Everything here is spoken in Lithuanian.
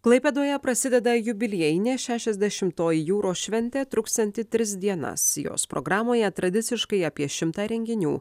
klaipėdoje prasideda jubiliejinė šešiasdešimtoji jūros šventė truksianti tris dienas jos programoje tradiciškai apie šimtą renginių